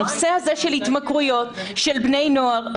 הנושא הזה של התמכרויות של בני נוער,